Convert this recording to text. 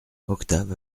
octave